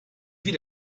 vit